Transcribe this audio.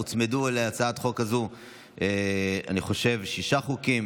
אני חושב שהוצמדו להצעת החוק הזאת שישה חוקים,